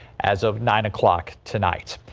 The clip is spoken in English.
as of nine o'clock tonight.